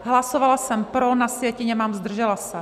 Hlasovala jsem pro, na sjetině mám zdržela se.